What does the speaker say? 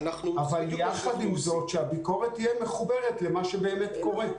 אבל יחד עם זאת שהביקורת תהיה מחוברת למה שבאמת קורה.